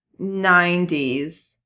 90s